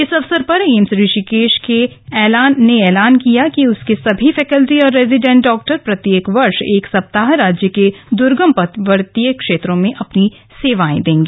इस अवसर पर एम्स ऋषिकेश ने ऐलान किया कि उसके सभी फैकल्टी और रेजीडेन्ट डॉक्टर प्रत्येक वर्ष एक सप्ताह राज्य के दूर्गम पर्वतीय क्षेत्रों में अपनी सेवाएं देंगे